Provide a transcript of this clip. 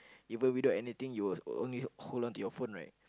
even without anything you will only hold on to your phone right